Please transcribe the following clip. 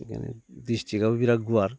बिदिनो डिस्ट्रिक्टआबो बिराद गुवार